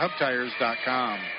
hubtires.com